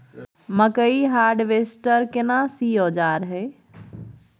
मकई हारवेस्टर केना सी औजार हय?